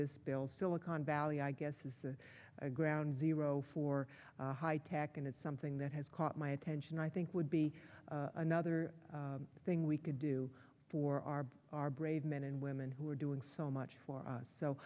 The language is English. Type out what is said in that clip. this bill silicon valley i guess is a ground zero for high tech and it's something that has caught my attention i think would be another thing we can do for our our brave men and women who are doing so much for us so